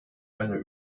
eine